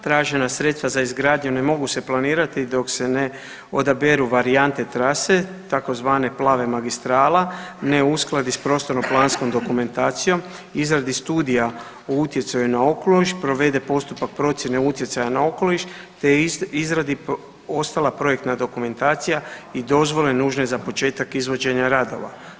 Tražena sredstva za izgradnju ne mogu se planirati dok se ne odaberu varijante trase tzv. Plava magistrala, ne uskladi sa prostorno-planskom dokumentacijom, izradi studija o utjecaju na okoliš, provede postupak procjene utjecaja na okoliš te izradi ostala projektna dokumentacija i dozvole nužne za početak izvođenja radova.